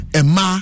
Emma